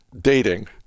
dating